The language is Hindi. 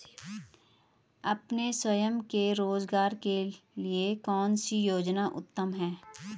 अपने स्वयं के रोज़गार के लिए कौनसी योजना उत्तम है?